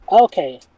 Okay